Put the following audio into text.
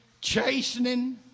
chastening